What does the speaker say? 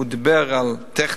הוא דיבר על דבר טכני,